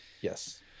Yes